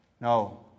No